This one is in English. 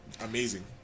Amazing